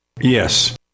Yes